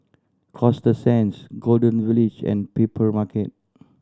Coasta Sands Golden Village and Papermarket